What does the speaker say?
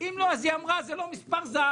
אם לא, אז היא אמרה שזה לא מספר זהב.